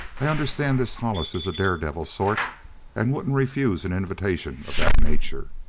i understand this hollis is a daredevil sort and wouldn't refuse an invitation of that nature.